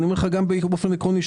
אני אומר לך גם באופן עקרוני,